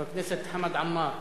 חבר הכנסת חמד עמאר,